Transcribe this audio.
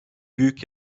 büyük